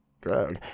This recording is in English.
drug